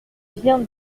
vient